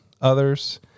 others